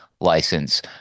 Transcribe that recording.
license